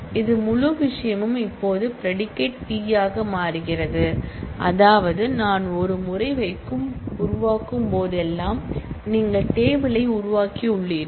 இந்த முழு விஷயமும் இப்போது ப்ரெடிகேட் P ஆக மாறுகிறது அதாவது நான் ஒரு முறை உருவாக்கும் போதெல்லாம் நீங்கள் டேபிள் யை உருவாக்கியுள்ளீர்கள்